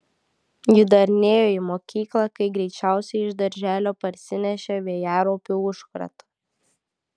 ji dar nėjo į mokyklą kai greičiausiai iš darželio parsinešė vėjaraupių užkratą